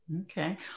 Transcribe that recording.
Okay